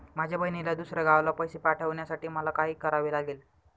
माझ्या बहिणीला दुसऱ्या गावाला पैसे पाठवण्यासाठी मला काय करावे लागेल?